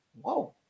Whoa